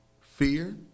fear